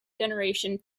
generation